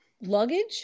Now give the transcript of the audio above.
luggage